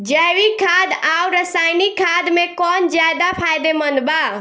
जैविक खाद आउर रसायनिक खाद मे कौन ज्यादा फायदेमंद बा?